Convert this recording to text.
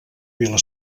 vila